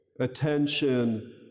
attention